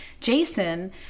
Jason